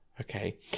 okay